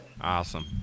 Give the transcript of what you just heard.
Awesome